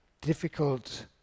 difficult